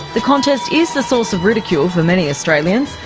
the contest is the source of ridicule for many australians,